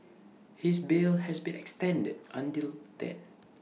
his bail has been extended until then